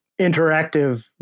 interactive